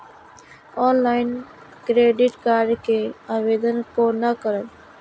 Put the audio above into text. Online credit card के आवेदन कोना करब?